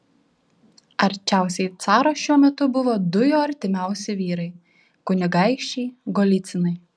arčiausiai caro šiuo metu buvo du jo artimiausi vyrai kunigaikščiai golycinai